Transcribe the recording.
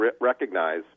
recognize